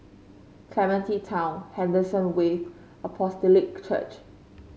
Clementi Town Henderson Wave Apostolic Church